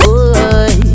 Boy